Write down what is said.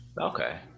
Okay